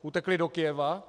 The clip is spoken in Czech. Utekli do Kyjeva?